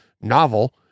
novel